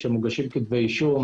כשמוגשים כתבי אישום.